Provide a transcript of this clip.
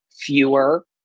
fewer